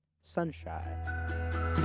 Sunshine